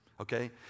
Okay